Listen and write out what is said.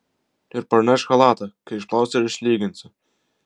ir parnešk chalatą kai išplausi ir išlyginsi